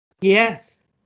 Yes